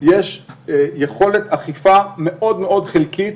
יש יכולת אכיפה מאוד מאוד חלקית